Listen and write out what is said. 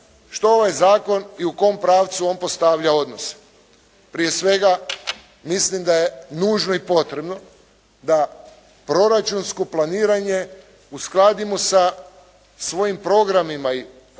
što ovaj zakon i u kom pravcu on postavlja odnose? Prije svega mislim da je nužno i potrebno da proračunsko planiranje uskladimo sa svojim programima i akcionim